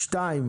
שניים,